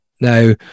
now